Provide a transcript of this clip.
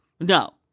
no